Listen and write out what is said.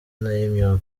n’ay’imyuga